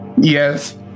yes